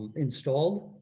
installed.